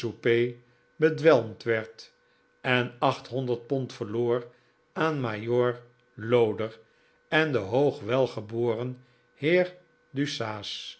bedwelmd werd en achthonderd pond verloor aan majoor loder en den hoogwelgeboren heer